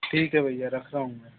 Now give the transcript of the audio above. ठीक है भैया रख रहा हूँ मैं